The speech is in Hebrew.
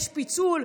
יש פיצול,